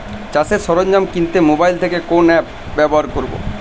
চাষের সরঞ্জাম কিনতে মোবাইল থেকে কোন অ্যাপ ব্যাবহার করব?